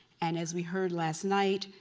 and as we heard last night,